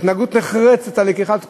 התנגדות נחרצת לכל לקיחת תרומות.